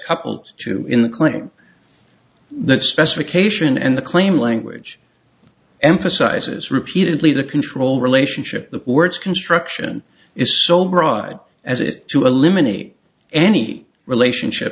the clinic the specification and the claim language emphasizes repeatedly the control relationship the words construction is so broad as it to eliminate any relationship